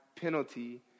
penalty